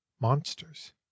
monsters